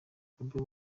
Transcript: bobi